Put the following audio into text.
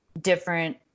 different